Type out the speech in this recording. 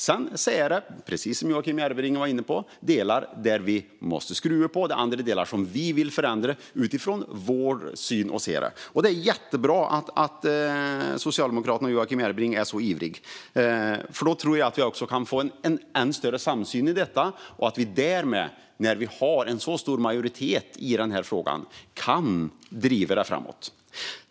Sedan finns det, precis som Joakim Järrebring var inne på, vissa delar som vi måste skruva på och andra delar som vi vill förändra utifrån vårt sätt att se det. Det är jättebra att Socialdemokraterna och Joakim Järrebring är så ivriga. Då tror jag att vi kan få en ännu större samsyn i detta och därmed, när vi har en så stor majoritet i frågan, kan driva det framåt.